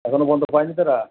এখনও পর্যন্ত পায়নি তারা